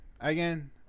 Again